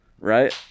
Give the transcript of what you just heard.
right